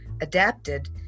adapted